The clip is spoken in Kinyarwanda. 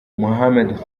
mohamed